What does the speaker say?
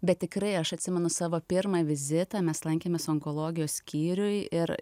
bet tikrai aš atsimenu savo pirmą vizitą mes lankėmės onkologijos skyriuj ir